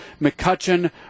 mccutcheon